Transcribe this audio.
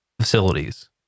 facilities